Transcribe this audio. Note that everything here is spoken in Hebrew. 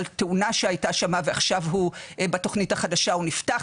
תאונה שהייתה שם ועכשיו הוא בתכנית החדשה הוא נפתח.